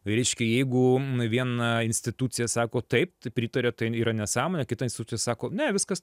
reiškia jeigu viena institucija sako taip tai pritarė tai yra nesąmonė kita institucija sako ne viskas